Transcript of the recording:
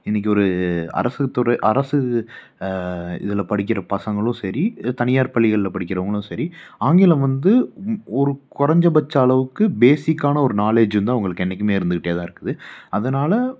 இன்னைக்கி ஒரு அரசு துறை அரசு இதில் படிக்கிற பசங்களும் சரி இதே தனியார் பள்ளிகளில் படிக்கிறவங்களும் சரி ஆங்கிலம் வந்து ஒரு குறஞ்சபட்ச அளவுக்கு பேஸிக்கான ஒரு நாலேஜ் வந்து அவங்களுக்கு என்னைக்குமே இருந்துகிட்டே தான் இருக்குது அதனால